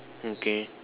okay